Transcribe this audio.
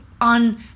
on